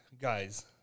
guys